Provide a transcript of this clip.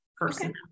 person